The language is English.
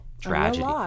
tragedy